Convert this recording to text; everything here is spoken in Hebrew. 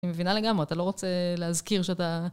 אני מבינה לגמרי, אתה לא רוצה להזכיר שאתה...